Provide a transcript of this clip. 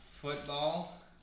football